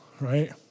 right